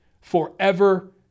forever